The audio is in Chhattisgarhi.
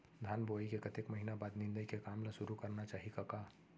धान बोवई के कतेक महिना बाद निंदाई के काम ल सुरू करना चाही कका?